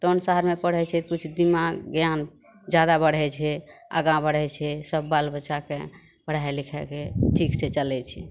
town शहरमे पढ़ै छै तऽ किछु दिमाग ज्ञान जादा बढ़ै छै आगाँ बढ़ै सभ बाल बच्चाके पढ़ाइ लिखाइके ठीक से चलै छै